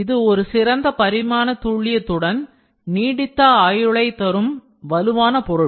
இது சிறந்த பரிமாண துல்லியத்துடன் dimensional accuracy நீடித்த ஆயுளை தரும் வலுவான பொருள்